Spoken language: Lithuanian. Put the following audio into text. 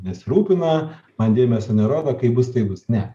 nesirūpina man dėmesio nerodo kaip bus taip bus ne